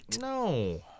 No